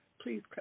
Please